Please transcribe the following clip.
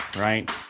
right